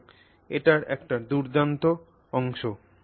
সুতরাং এটিই এটির একটি দুর্দান্ত অংশ